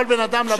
יכול בן-אדם לבוא,